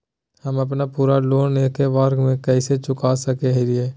हम अपन पूरा लोन एके बार में कैसे चुका सकई हियई?